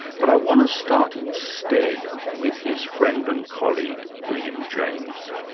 but i want to start instead with his friend and colleague william james,